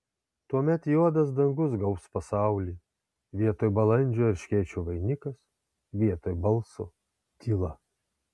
tuomet juodas dangus gaubs pasaulį vietoj balandžio erškėčių vainikas vietoj balso tyla